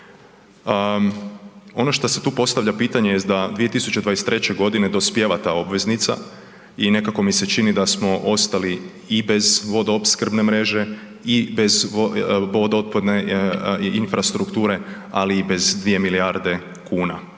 Ono šta se tu postavlja pitanje jest da 2023.g. dospijeva ta obveznica i nekako mi se čini da smo ostali i bez vodoopskrbne mreže i bez vodootpadne infrastrukture, ali i bez dvije milijarde kuna,